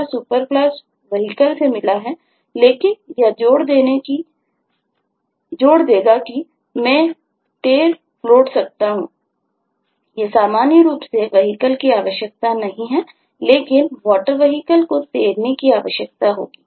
यह सामान्य रूप से vehicle की आवश्यकता नहीं हैलेकिन water vehicle को तैरने की आवश्यकता होगी